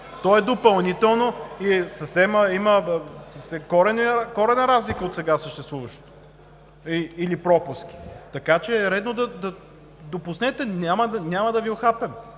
То е допълнително и има коренна разлика от сега съществуващото, или пропуски. Така че е редно, допуснете… Няма да Ви ухапем